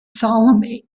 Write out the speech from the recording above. salome